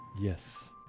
Yes